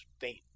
faint